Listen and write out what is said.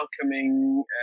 welcoming